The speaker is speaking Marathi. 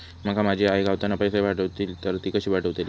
माका माझी आई गावातना पैसे पाठवतीला तर ती कशी पाठवतली?